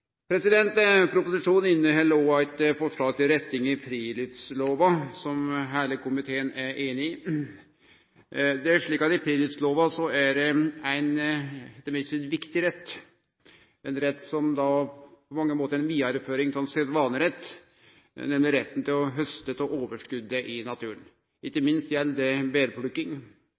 Proposisjonen inneheld òg eit forslag til retting i friluftslova som heile komiteen er einig i. I friluftslova er det ein etter mitt syn viktig rett, og ein rett som på mange måtar er ei vidareføring av ein sedvanerett, nemleg retten til å hauste av overskotet i naturen. Ikkje minst gjeld det